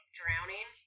drowning